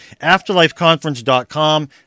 afterlifeconference.com